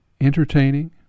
entertaining